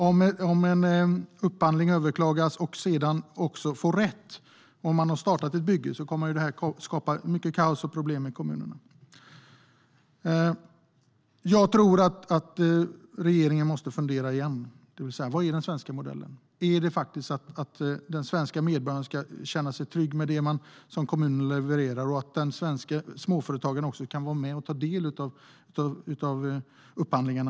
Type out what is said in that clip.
Om en upphandling överklagas och överklagandet bifalls kommer det att skapa mycket kaos och problem i kommunen, om man redan har startat ett bygge. Jag tror att regeringen måste fundera igen. Vad innebär den svenska modellen? Är det att den svenska medborgaren ska känna sig trygg med det som kommunen levererar och att den svenska småföretagaren kan vara med och delta i upphandlingarna?